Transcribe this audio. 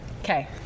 Okay